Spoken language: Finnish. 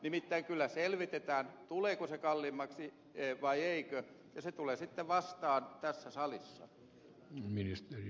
nimittäin kyllä selvitetään tuleeko se kalliimmaksi vai eikö ja se tulee sitten vastaan tässä salissa